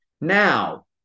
Now